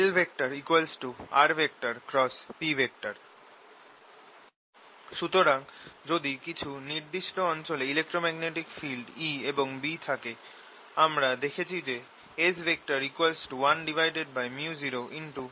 Lrp সুতরাং যদি কিছু নির্দিষ্ট অঞ্চলে ইলেক্ট্রোম্যাগনেটিক ফিল্ড E এবং B থাকে আমরা দেখেছি যে S 1µ0EB